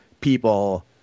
people